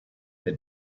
that